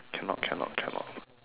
cannot cannot cannot